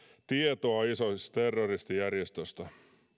tietoa isis terroristijärjestöstä